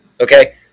okay